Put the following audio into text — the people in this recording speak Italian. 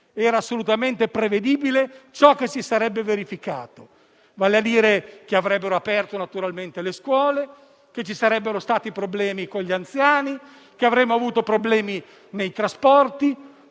era assolutamente prevedibile ciò che si sarebbe verificato, vale a dire che avrebbero aperto naturalmente le scuole, che ci sarebbero stati problemi con gli anziani, che avremmo avuto problemi nei trasporti.